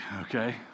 okay